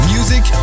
Music